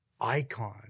icon